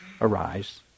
arise